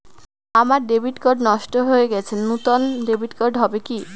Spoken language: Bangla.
আমার ডেবিট কার্ড নষ্ট হয়ে গেছে নূতন ডেবিট কার্ড হবে কি?